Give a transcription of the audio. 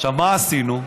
מה עשינו?